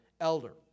elder